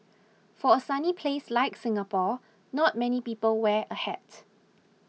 for a sunny place like Singapore not many people wear a hat